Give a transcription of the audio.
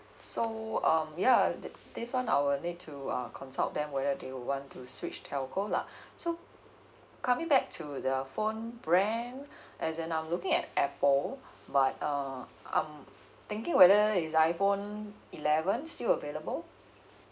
so um ya this this [one] I will need to uh consult them whether they want to switch telco lah so coming back to the phone brand as I'm looking at apple but uh I'm thinking whether is iphone eleven still available